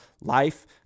life